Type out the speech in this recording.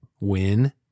win